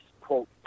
Quote